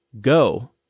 Go